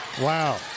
Wow